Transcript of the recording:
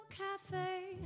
cafe